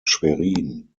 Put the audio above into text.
schwerin